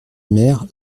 mère